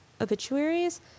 obituaries